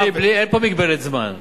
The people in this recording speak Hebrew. אין פה מגבלת זמן.